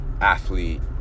athlete